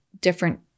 different